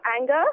anger